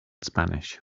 spanish